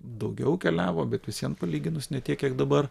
daugiau keliavo bet vis vien palyginus ne tiek kiek dabar